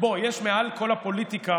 מעל כל הפוליטיקה